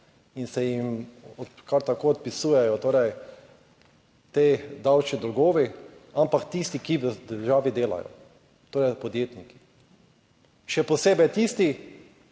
in se jim kar tako odpisujejo davčni dolgovi, ampak tisti, ki v državi delajo, torej podjetniki. Še posebej tisti,